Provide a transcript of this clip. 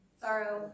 sorrow